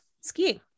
skiing